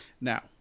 Now